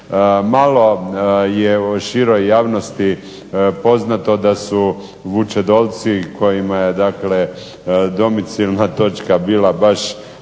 Malo je široj javnosti poznato da su Vučedolci kojima je dakle domicilna točka bila baš